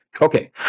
Okay